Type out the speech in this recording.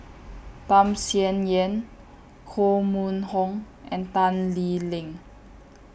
Tham Sien Yen Koh Mun Hong and Tan Lee Leng